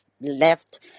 left